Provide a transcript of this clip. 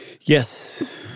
Yes